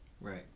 Right